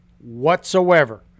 Whatsoever